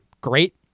great